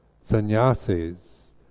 sannyasis